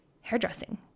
hairdressing